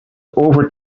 over